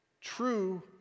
true